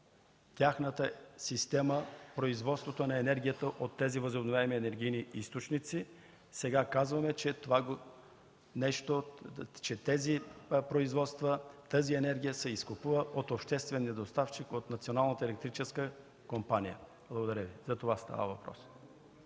тяхната система, производството на енергията от тези възобновяеми енергийни източници, а сега казваме, че тези производства, тази енергия се изкупува от обществения доставчик, от Националната електрическа компания. За това става въпрос.